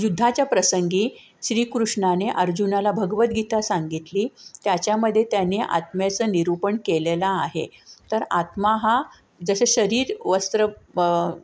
युद्धाच्या प्रसंगी श्रीकृष्णाने अर्जुनाला भगवद्गीता सांगितली त्याच्यामध्ये त्याने आत्म्याचं निरूपण केलेला आहे तर आत्मा हा जसं शरीर वस्त्र